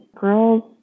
girls